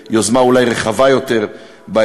ואולי ליוזמה רחבה יותר באזור.